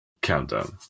Countdown